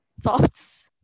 thoughts